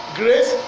grace